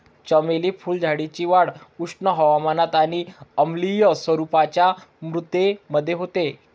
चमेली फुलझाडाची वाढ उष्ण हवामानात आणि आम्लीय स्वरूपाच्या मृदेमध्ये होते